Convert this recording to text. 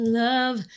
love